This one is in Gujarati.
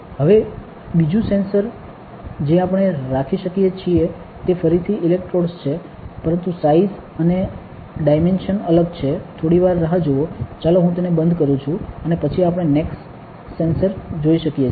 હવે બીજું સેન્સર જે આપણે રાખી શકીએ છીએ તે ફરીથી ઇલેક્ટ્રોડ્સ છે પરંતુ સાઇઝ અને ડઈમેનશન અલગ છે થોડીવાર રાહ જુઓ ચાલો હું તેને બંધ કરું છુ અને પછી આપણે નેક્સ્ટ સેન્સર જોઈ શકીએ છીએ